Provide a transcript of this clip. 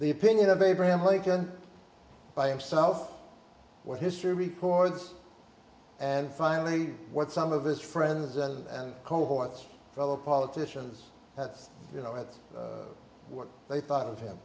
the opinion of abraham lincoln by himself what history records and finally what some of his friends and cohorts fellow politicians have you know at what they thought of him